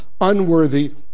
unworthy